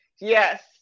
Yes